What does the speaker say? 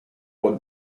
would